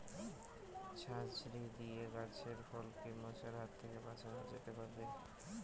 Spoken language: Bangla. ঝাঁঝরি দিয়ে গাছের ফলকে মশার হাত থেকে বাঁচানো যেতে পারে?